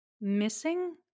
missing